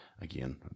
again